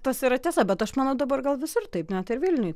tas yra tiesa bet aš manau dabar gal visur taip net ir vilniuj